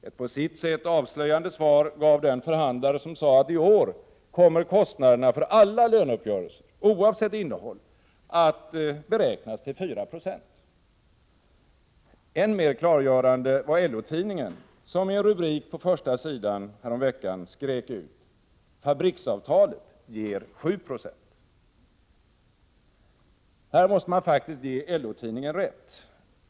Ett på sitt sätt avslöjande svar gav den förhandlare som sade att kostnaderna för alla löneuppgörelser, oavsett innehåll, i år kommer att beräknas till 4 26. Än mer klargörande var LO-tidningen, som i en rubrik på första sidan häromveckan skrek ut: ”Fabriks-avtalet ger 7 procent.” Här måste man faktiskt ge LO-tidningen rätt.